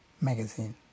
magazine